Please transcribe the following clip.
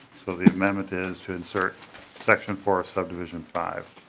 so the amendment is to insert section four subdivision five.